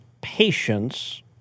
patience